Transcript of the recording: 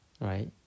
right